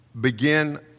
begin